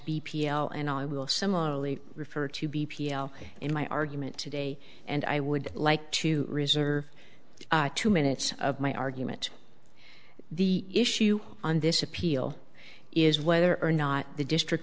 l and i will similarly refer to b p in my argument today and i would like to reserve two minutes of my argument the issue on this appeal is whether or not the district